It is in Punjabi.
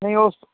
ਨਈਂ ਓ